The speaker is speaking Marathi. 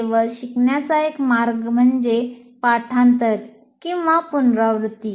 केवळ शिकण्याचा एकच मार्ग म्हणजे पाठांतर किंव्हा पुनरावृत्ती